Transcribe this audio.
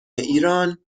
ایران